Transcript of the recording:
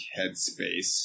headspace